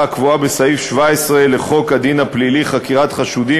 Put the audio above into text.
הקבועה בסעיף 17 לחוק סדר הדין הפלילי (חקירת חשודים),